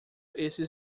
esses